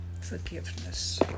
forgiveness